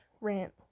rant